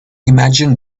imagine